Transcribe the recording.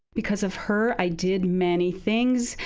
because of her, i did many things.